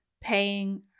paying